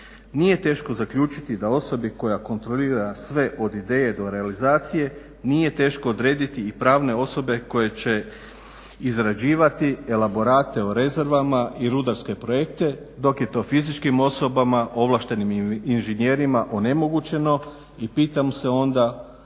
Nije teško zaključiti da osobi koja kontrolira sve od ideje do realizacije, nije teško odrediti i pravne osobe koje će izrađivati elaborate o rezervama i rudarske projekte dok je to fizičkim osobama, ovlaštenim inženjerima onemogućeno i pitam se onda